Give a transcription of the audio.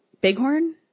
Bighorn